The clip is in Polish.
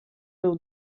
był